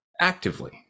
actively